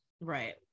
right